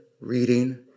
reading